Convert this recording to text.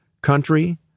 country